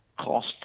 cost